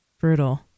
brutal